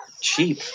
cheap